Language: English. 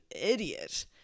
idiot